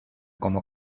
como